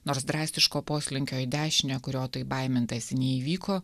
nors drastiško poslinkio į dešinę kurio taip baimintasi neįvyko